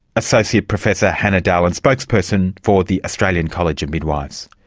associate professor hanna dahlen, spokesperson for the australian college of midwives.